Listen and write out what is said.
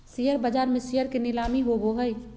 share बाज़ार में share के नीलामी होबो हइ